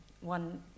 one